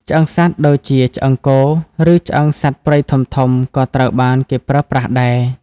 ឆ្អឹងសត្វដូចជាឆ្អឹងគោ ឬឆ្អឹងសត្វព្រៃធំៗក៏ត្រូវបានគេប្រើប្រាស់ដែរ។